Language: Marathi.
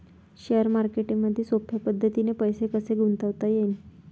शेअर मार्केटमधी सोप्या पद्धतीने पैसे कसे गुंतवता येईन?